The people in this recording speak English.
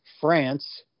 France